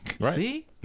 See